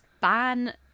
ban